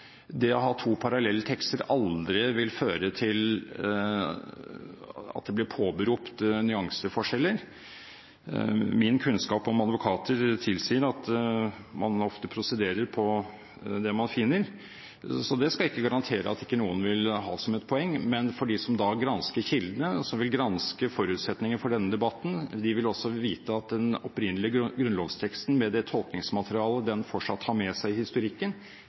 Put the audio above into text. det å ha to parallelle tekster aldri vil føre til at det blir påberopt nyanseforskjeller. Min kunnskap om advokater tilsier at man ofte prosederer på det man finner, så det skal jeg ikke garantere at ikke noen vil ha som et poeng. Men de som gransker kildene, som vil granske forutsetningene for denne debatten, vil også vite at den opprinnelige grunnlovsteksten med det tolkningsmaterialet den fortsatt har med seg i historikken,